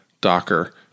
Docker